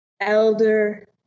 Elder